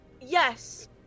Yes